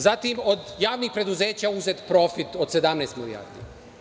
Zatim, od javnih preduzeća uzet profit od 17 milijardi.